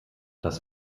das